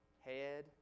head